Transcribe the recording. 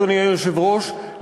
אדוני היושב-ראש,